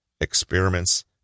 experiments